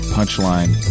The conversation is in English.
Punchline